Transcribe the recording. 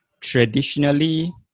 traditionally